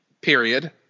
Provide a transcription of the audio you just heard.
period